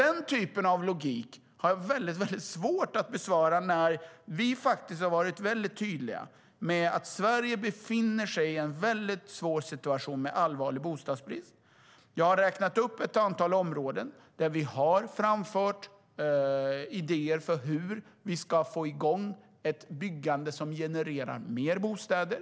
Den typen av logik har jag svårt att bemöta. Vi har varit tydliga med att Sverige befinner sig i en svår situation med allvarlig bostadsbrist. Jag har räknat upp ett antal områden där vi har framfört idéer för hur vi ska få igång ett byggande som genererar fler bostäder.